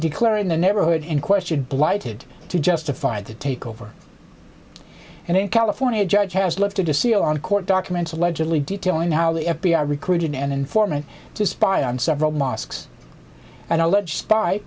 declaring the neighborhood in question blighted to justify the takeover and in california a judge has lifted a seal on court documents allegedly detailing how the f b i recruited an informant to spy on several mosques and alleged